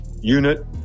unit